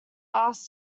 asked